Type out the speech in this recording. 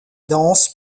danse